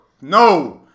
No